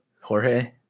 Jorge